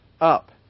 up